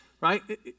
right